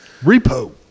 Repo